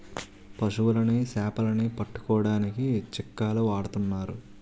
పశువులని సేపలని పట్టుకోడానికి చిక్కాలు వాడతన్నారు